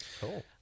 cool